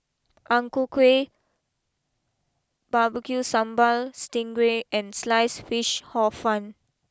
Ang Ku Kueh B B Q Sambal Sting Ray and sliced Fish Hor fun